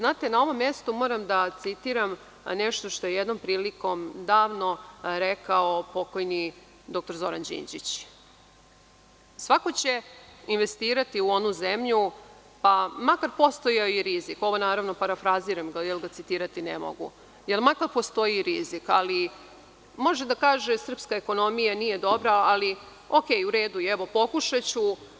Na ovom mestu moram da citiram nešto što jednom prilikom davno rekao pokojni dr Zoran Đinđić – svako će investirati u onu zemlju pa makar postojao i rizik, ovo parafraziram jer ga citirati ne mogu, ali, može da kaže – srpska ekonomija nije dobra, ali u redu, pokušaću.